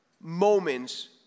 moments